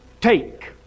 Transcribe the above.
Take